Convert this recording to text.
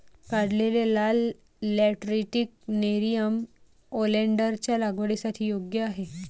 काढलेले लाल lateritic nerium ओलेन्डरच्या लागवडीसाठी योग्य आहे